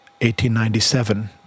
1897